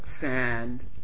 sand